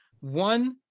One